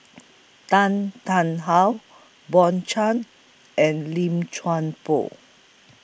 Tan Tarn How Bjorn and Lim Chuan Poh